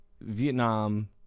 Vietnam